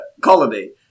colony